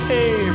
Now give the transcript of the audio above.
Hey